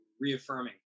reaffirming